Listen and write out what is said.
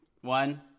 One